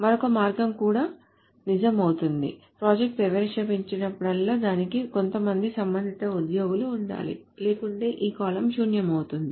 మరొక మార్గం కూడా నిజం అవుతుంది ప్రాజెక్ట్ ప్రవేశపెట్టినప్పుడల్లా దానికి కొంతమంది సంబంధిత ఉద్యోగులు ఉండాలి లేకుంటే ఈ కాలమ్ శూన్యమవుతుంది